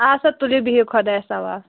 اَدٕ سا تُلِو بِہِو خۄدایَس حَوال